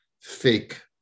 fake